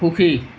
সুখী